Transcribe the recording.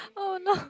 oh no